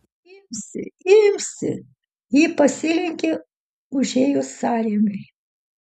imsi imsi ji pasilenkė užėjus sąrėmiui